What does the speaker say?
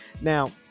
Now